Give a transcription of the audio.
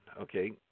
okay